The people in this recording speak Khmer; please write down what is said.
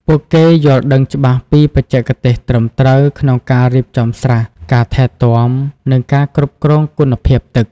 ពួកគេយល់ដឹងច្បាស់ពីបច្ចេកទេសត្រឹមត្រូវក្នុងការរៀបចំស្រះ ការថែទាំ និងការគ្រប់គ្រងគុណភាពទឹក។